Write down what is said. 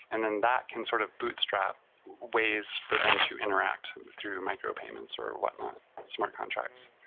and then that can sort of bootstrap ways for them to interact through micro-payments or whatnot smart contracts.